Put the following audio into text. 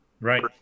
right